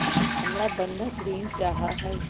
हमरा बंधक ऋण चाहा हई